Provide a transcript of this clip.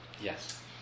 Yes